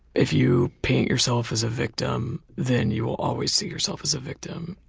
if you paint yourself as a victim then you will always see yourself as a victim.